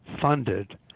funded